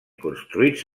construïts